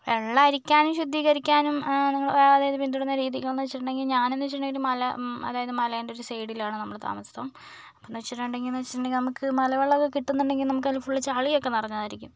വെള്ളമരിക്കാനും ശുദ്ധീകരിക്കാനും നിങ്ങൾ അതായത് പിന്തുടരുന്ന രീതികളെന്ന് വെച്ചിട്ടുണ്ടെങ്കിൽ ഞാനെന്ന് വെച്ചിട്ടുണ്ടെങ്കിൽ ഒരു മല അതായത് മലേൻ്റെ ഒരു സൈഡിലാണ് നമ്മൾ താമസം അപ്പം എന്നുവെച്ചിട്ടുണ്ടെങ്കിൽ എന്നുവെച്ചിട്ടുണ്ടെങ്കിൽ നമുക്ക് മലവെള്ളമൊക്കെ കിട്ടുന്നുണ്ടെങ്കിൽ നമുക്കതിൽ ഫുള്ള് ചളിയൊക്കെ നിറഞ്ഞതായിരിക്കും